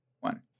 one